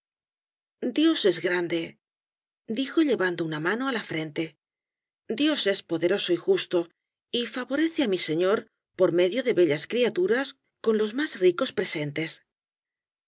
dios es grande dijo llevando una mano á la frente dios es poderoso y justo y favorece á mi señor por medio de bellas criaturas con los más ricos presentes